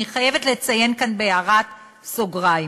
אני חייבת לציין כאן בהערת סוגריים,